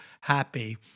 happy